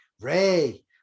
Ray